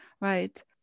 Right